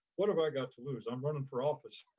what have i got to lose? i'm running for office.